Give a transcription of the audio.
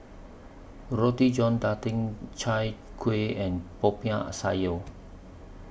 Roti John Daging Chai Kuih and Popiah Sayur